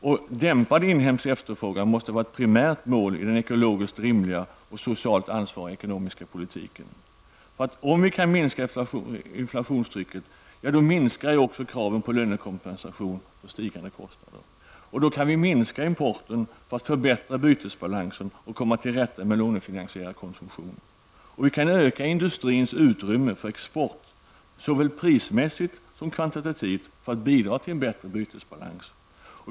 Att dämpa den inhemska efterfrågan måste vara ett primärt mål i en ekonomiskt rimlig och socialt ansvarig ekologisk politik. Om vi kan minska inflationstrycket, minskar också kraven på lönekompensation för stigande kostnader. Då kan vi minska importen, förbättra bytesbalansen och komma till rätta med denna lånefinansierade konsumtion. Vi kan öka industrins utrymme för export, såväl prismässigt som kvantitativt, för att bidra till en förbättrad bytesbalans.